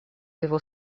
его